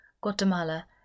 Guatemala